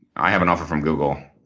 i have an offer from google.